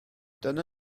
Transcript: dyna